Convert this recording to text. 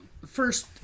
First